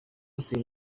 austin